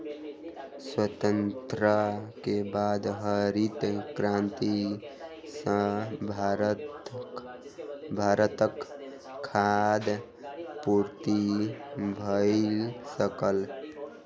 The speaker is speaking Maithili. स्वतंत्रता के बाद हरित क्रांति सॅ भारतक खाद्य पूर्ति भ सकल